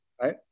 right